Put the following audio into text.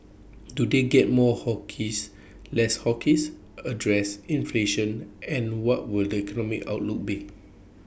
do they get more hawkish less hawkish address inflation and what will the economic outlook be